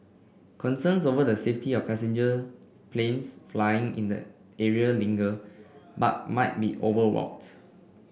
concerns over the safety of passenger planes flying in the area linger but might be overwrought